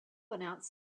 announced